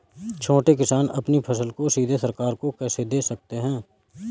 छोटे किसान अपनी फसल को सीधे सरकार को कैसे दे सकते हैं?